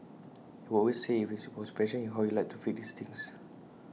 he always say IT was his passion how he liked to fix these things